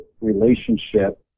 relationship